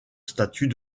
statut